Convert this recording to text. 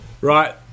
Right